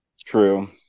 True